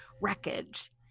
wreckage